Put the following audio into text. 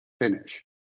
finish